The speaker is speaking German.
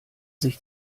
sich